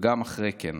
וגם אחרי כן,